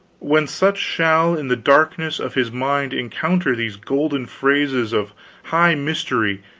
when such shall in the darkness of his mind encounter these golden phrases of high mystery,